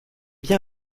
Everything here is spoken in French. bien